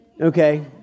Okay